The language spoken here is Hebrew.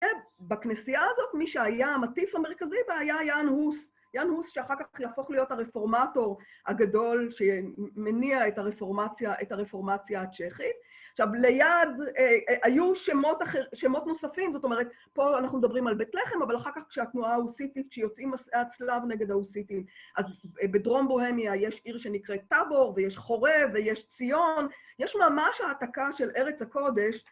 ובכנסייה הזאת מי שהיה המטיף המרכזי בה היה יאן הוס, יאן הוס שאחר כך יהפוך להיות הרפורמטור הגדול שמניע את הרפורמציה הצ'כית. עכשיו ליד היו שמות נוספים, זאת אומרת, פה אנחנו מדברים על בית לחם, אבל אחר כך כשהתנועה ההוסיטית, כשיוצאים מסעי הצלב נגד ההוסיטים, אז בדרום בוהמיה יש עיר שנקרא טאבור, ויש חורב ויש ציון, יש ממש ההעתקה של ארץ הקודש,